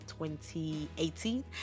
2018